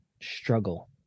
struggle